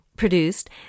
produced